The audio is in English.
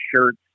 shirts